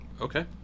Okay